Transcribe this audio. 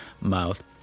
mouth